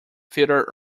theatre